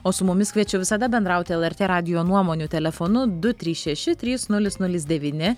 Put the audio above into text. o su mumis kviečiu visada bendrauti lrt radijo nuomonių telefonu du trys šeši trys nulis nulis devyni